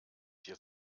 dir